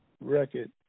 record